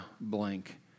blank